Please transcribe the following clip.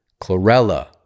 chlorella